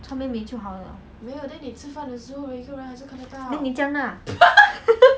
去 right